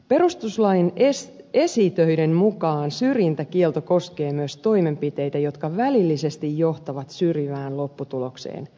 perustuslain esitöiden mukaan syrjintäkielto koskee myös toimenpiteitä jotka välillisesti johtavat syrjivään lopputulokseen